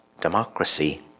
democracy